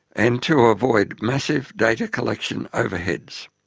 and to avoid massive data-collection overheads.